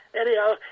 anyhow